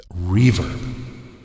reverb